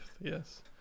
yes